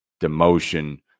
demotion